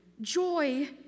Joy